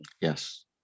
Yes